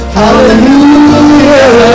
hallelujah